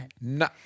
No